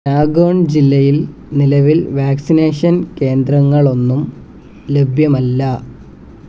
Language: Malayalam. നാഗോൺ ജില്ലയിൽ നിലവിൽ വാക്സിനേഷൻ കേന്ദ്രങ്ങളൊന്നും ലഭ്യമല്ല